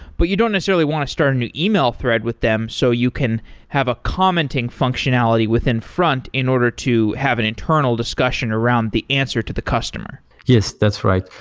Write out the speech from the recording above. but you don't necessarily want to start a new e-mail thread with them so you can have a commenting functionality within front in order to have an internal discussion around the answer to the customer yes. that's right.